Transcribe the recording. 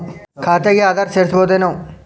ಖಾತೆಗೆ ಆಧಾರ್ ಸೇರಿಸಬಹುದೇನೂ?